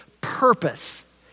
purpose